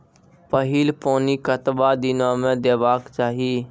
पहिल पानि कतबा दिनो म देबाक चाही?